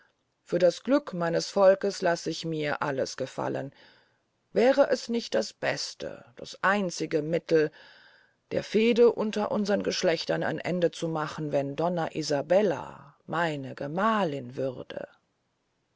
für das glück meines volks laß ich mir alles gefallen wäre es nicht das beste das einzige mittel der fehde unter unsern geschlechtern ein ende zu machen wenn donna isabella meine gemahlin würde